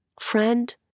Friend